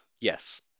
yes